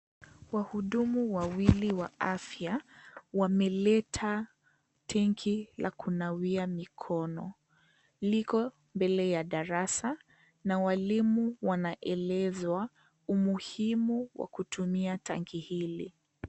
Wahudumu wawili wa afya wameleta tenki la kunawia mikono. Liko mbele ya darasa na walimu wanaelezwa umuhimu wa kutumia tanki hili.